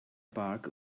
park